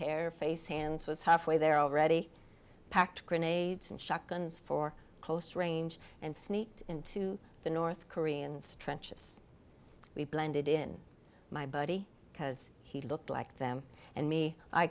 fair face hands was half way there already packed grenades and shotguns for close range and sneaked into the north koreans trenches we blended in my buddy because he looked like them and me i